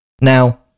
Now